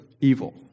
evil